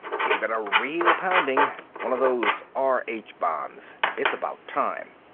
gave it a real pounding. one of those r h bombs. it's about time.